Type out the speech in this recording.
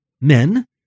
men